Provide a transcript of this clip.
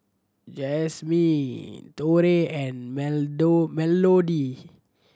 Jasmine Torey and Melodee